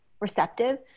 receptive